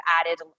added